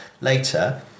later